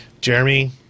jeremy